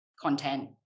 content